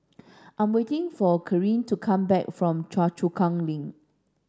I'm waiting for Karyl to come back from Choa Chu Kang Link